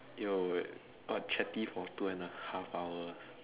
yo what chatty for two and a half hour